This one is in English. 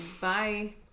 Bye